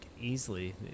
easily